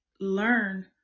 learn